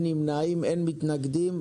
בעד פה אחד, אין מתנגדים ואין נמנעים.